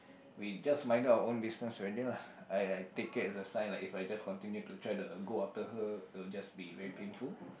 we just minded our own businesses already lah I I take it as a sign like if I just continue to try to go after her it will just be very painful